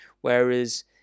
Whereas